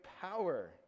power